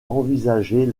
envisager